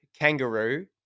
kangaroo